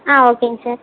ஆ ஓகேங்க சார்